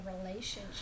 relationship